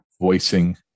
voicing